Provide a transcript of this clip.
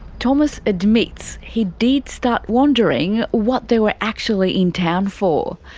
thomas admits he did start wondering what they were actually in town for.